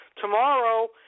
Tomorrow